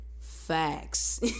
Facts